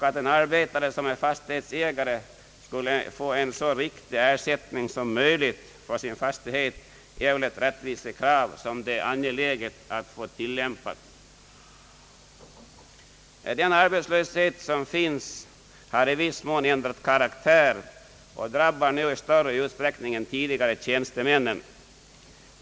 Att en arbetare som är fastighetsägare skulle få en så riktig ersättning som möjligt är väl ett rättvisekrav som det är angeläget att få genomfört. Den arbetslöshet som finns har i viss mån ändrat karaktär och drabbar nu i större utsträckning än tidigare tjänstemännen.